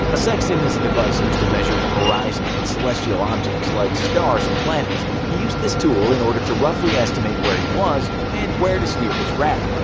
a sexton is a device used to measure the horizon and celestial objects like stars and planets. he used this tool in order to roughly estimate where he was and where to steer his raft.